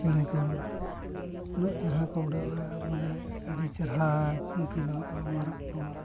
ᱪᱮᱬᱮ ᱠᱚ ᱩᱱᱟᱹᱜ ᱪᱮᱦᱨᱟ ᱠᱚ ᱩᱰᱟᱹᱜᱼᱟ ᱢᱟᱱᱮ ᱟᱹᱰᱤ ᱪᱮᱦᱨᱟ ᱠᱚ ᱧᱮᱞᱚᱜᱼᱟ ᱢᱟᱨᱟᱜ ᱠᱚ